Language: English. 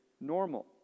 normal